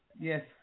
Yes